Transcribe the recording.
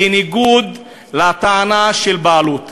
בניגוד לטענה של בעלות.